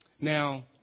now